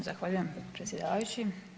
Zahvaljujem predsjedavajući.